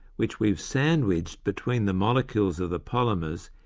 which we have sandwiched between the molecules of the polymers,